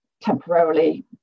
temporarily